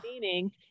Meaning